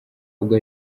ubwo